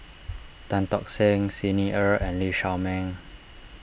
Tan Tock Seng Xi Ni Er and Lee Shao Meng